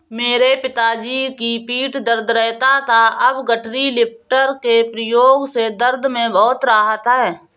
मेरे पिताजी की पीठ दर्द रहता था अब गठरी लिफ्टर के प्रयोग से दर्द में बहुत राहत हैं